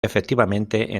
efectivamente